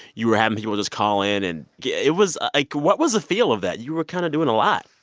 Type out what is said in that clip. you were having people just call in. and yeah it was ah like what was the feel of that? you were kind of doing a lot,